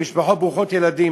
במשפחות ברוכות ילדים,